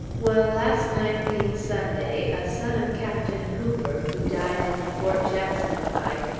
well, last night being sunday, a son of captain hooper, who died in the fort jackson fight,